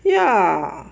ya